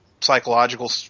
psychological